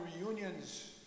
reunions